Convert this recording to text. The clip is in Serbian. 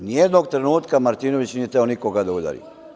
Ni jednog trenutka Martinović nije hteo nikoga da udari.